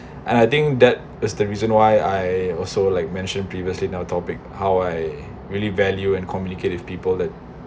and I think that is the reason why I also like mentioned previously in our topic how I really value and communicate with people that